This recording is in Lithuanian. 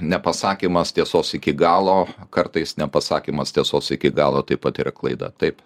nepasakymas tiesos iki galo kartais nepasakymas tiesos iki galo taip pat yra klaida taip